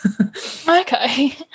okay